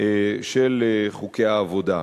של חוקי העבודה.